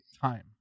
time